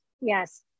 yes